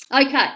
Okay